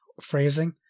phrasing